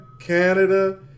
Canada